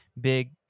big